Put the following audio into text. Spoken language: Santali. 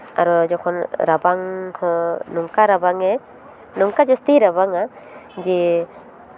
ᱟᱨᱚ ᱡᱚᱠᱷᱚᱱ ᱨᱟᱵᱟᱝ ᱦᱚᱸ ᱱᱚᱝᱠᱟ ᱨᱟᱵᱟᱝᱼᱮ ᱱᱚᱝᱠᱟ ᱡᱟᱹᱥᱛᱤ ᱨᱟᱵᱟᱝᱟ ᱡᱮ